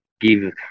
give